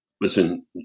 listen